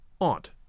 aunt